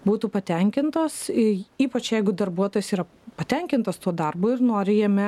būtų patenkintos ypač jeigu darbuotojas yra patenkintas tuo darbu ir nori jame